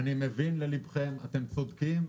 אני מבין ללבכם, אתם צודקים.